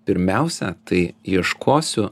pirmiausia tai ieškosiu